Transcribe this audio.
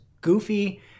goofy